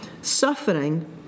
Suffering